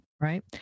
right